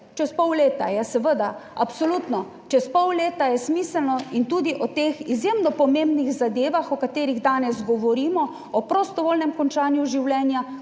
čez pol leta je, seveda, absolutno, čez pol leta je smiselno in tudi o teh izjemno pomembnih zadevah, o katerih danes govorimo, o prostovoljnem končanju življenja,